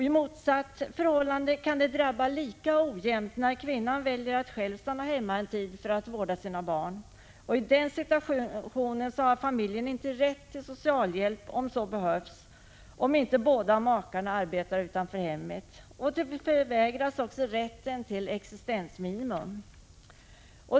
I motsatt förhållande kan det drabba lika ojämlikt när kvinnan väljer att själv stanna hemma en tid för att vårda sina barn. I den situationen har familjen inte rätt till socialhjälp om så behövs, om inte båda makarna arbetar utanför hemmet. De förvägras också rätt till existensminimum.